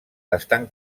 estan